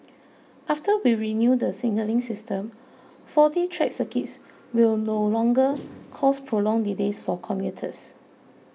after we renew the signalling system faulty track circuits will no longer cause prolonged delays for commuters